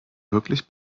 wirklich